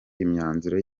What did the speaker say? imyanzuro